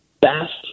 best